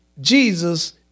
Jesus